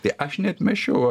tai aš neatmesčiau